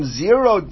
zero